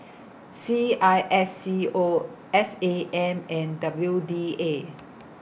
C I S C O S A M and W D A